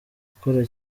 gukora